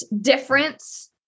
difference